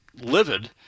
livid